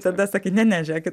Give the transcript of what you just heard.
tada sakai ne ne žiūrėkit